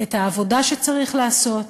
את העבודה שצריך לעשות